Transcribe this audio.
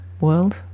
world